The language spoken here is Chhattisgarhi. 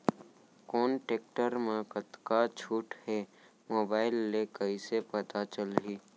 कोन टेकटर म कतका छूट हे, मोबाईल ले कइसे पता चलही?